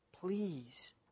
Please